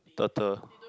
turtle